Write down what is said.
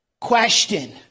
Question